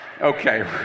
Okay